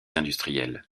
industriels